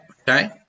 okay